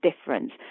difference